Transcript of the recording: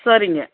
சரிங்க